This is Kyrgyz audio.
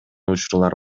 учурлар